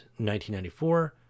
1994